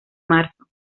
marzo